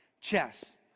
Chess